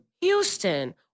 Houston